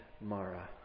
Mara